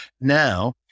Now